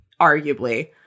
arguably